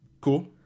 Cool